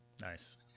Nice